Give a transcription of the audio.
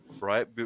right